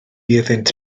iddynt